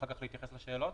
ואחר כך להתייחס לשאלות.